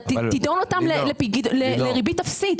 אתה תדון אותם לריבית אפסית.